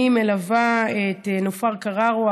אני מלווה את נופר קררו,